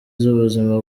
y’ubuzima